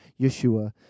Yeshua